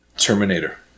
Terminator